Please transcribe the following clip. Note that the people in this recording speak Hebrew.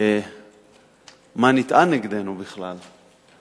מה נטען נגדנו בכלל.